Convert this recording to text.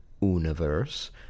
universe